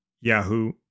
Yahoo